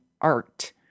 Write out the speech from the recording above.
art